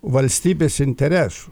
valstybės interesų